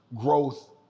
growth